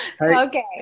Okay